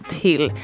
till